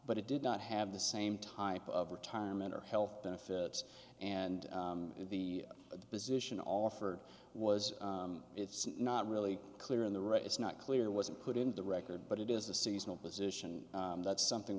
but it did not have the same type of retirement or health benefits and the position offered was it's not really clear in the right it's not clear wasn't put in the record but it is the seasonal position that's something